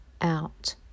out